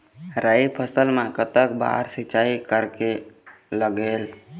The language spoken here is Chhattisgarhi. राई फसल मा कतक बार सिचाई करेक लागेल?